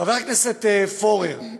חבר הכנסת פורר,